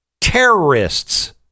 terrorists